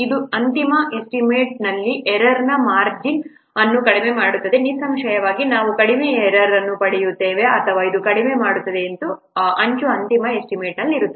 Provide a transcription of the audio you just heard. ಇದು ಅಂತಿಮ ಎಸ್ಟಿಮೇಟ್ನಲ್ಲಿ ಎರರ್ನ ಮಾರ್ಜಿ ಅನ್ನು ಕಡಿಮೆ ಮಾಡುತ್ತದೆ ನಿಸ್ಸಂಶಯವಾಗಿ ನಾವು ಕಡಿಮೆ ಎರರ್ಅನ್ನು ಪಡೆಯುತ್ತೇವೆ ಅಥವಾ ಇದು ಕಡಿಮೆ ಮಾಡುತ್ತದೆ ಅವುಗಳ ಅಂಚು ಅಂತಿಮ ಎಸ್ಟಿಮೇಟ್ನಲ್ಲಿದೆ